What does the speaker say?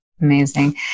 Amazing